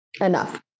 enough